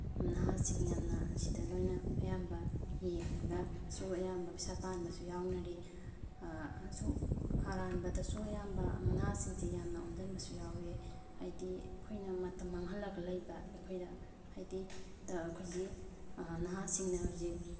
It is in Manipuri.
ꯅꯍꯥꯁꯤꯡ ꯌꯥꯝꯅ ꯑꯁꯤꯗ ꯂꯣꯏꯅ ꯑꯌꯥꯝꯕ ꯌꯦꯡꯉꯒꯁꯨ ꯑꯌꯥꯝꯕ ꯄꯩꯁꯥ ꯇꯥꯟꯕꯁꯨ ꯌꯥꯎꯅꯔꯤ ꯑꯔꯥꯟꯕꯗꯁꯨ ꯑꯌꯥꯝꯕ ꯅꯍꯥꯁꯤꯡꯁꯦ ꯌꯥꯝꯅ ꯑꯣꯟꯁꯤꯟꯕꯁꯨ ꯌꯥꯎꯋꯦ ꯍꯥꯏꯗꯤ ꯑꯩꯈꯣꯏꯅ ꯃꯇꯝ ꯃꯥꯡꯍꯜꯂꯒ ꯂꯩꯕ ꯑꯩꯈꯣꯏꯗ ꯍꯥꯏꯗꯤ ꯑꯩꯈꯣꯏꯁꯦ ꯅꯍꯥꯁꯤꯡꯅ ꯍꯧꯖꯤꯛ